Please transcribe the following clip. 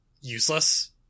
useless